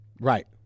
Right